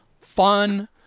fun